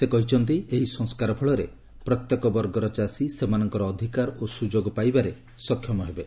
ସେ କହିଛନ୍ତି ଏହି ସଂସ୍କାର ଫଳରେ ପ୍ରତ୍ୟେକ ବର୍ଗର ଚାଷୀ ସେମାନଙ୍କର ଅଧିକାର ଓ ସୁଯୋଗ ପାଇବାରେ ସକ୍ଷମ ହେବେ